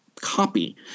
copy